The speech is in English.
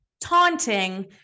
taunting